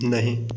नहीं